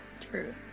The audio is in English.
True